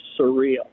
surreal